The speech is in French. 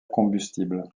combustible